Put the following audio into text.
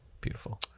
beautiful